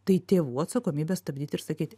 tai tėvų atsakomybė stabdyt ir sakyti